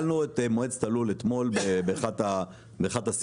אנחנו שאלנו את מועצת הלול אתמול באחת השיחות,